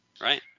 Right